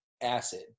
acid